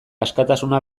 askatasuna